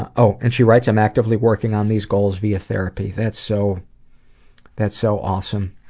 oh! and she writes, i'm actively working on these goals via therapy. that's so that's so awesome.